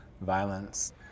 violence